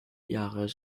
jahre